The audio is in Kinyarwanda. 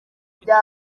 bya